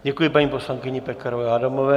Děkuji paní poslankyni Pekarové Adamové.